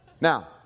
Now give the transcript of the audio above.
now